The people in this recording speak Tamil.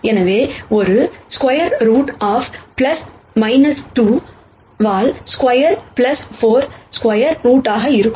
எனவே இது ஒரு square root of 2 whole square 4 square ரூட்ஆக இருக்கும்